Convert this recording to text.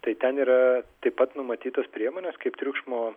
tai ten yra taip pat numatytos priemonės kaip triukšmo